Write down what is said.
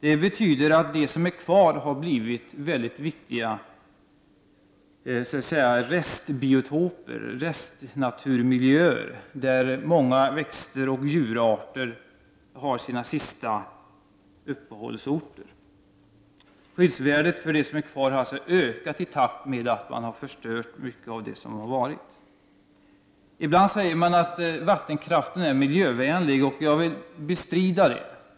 Det betyder att det som är kvar har blivit väldigt viktiga restbiotoper, restnaturmiljöer, där många växter och djurarter har sina sista uppehållsorter. Skyddsvärdet för det som är kvar har alltså ökat i takt med att man har förstört mycket av det som tidigare har funnits. Ibland säger man att vattenkraften är miljövänlig. Jag vill bestrida detta.